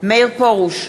מאיר פרוש,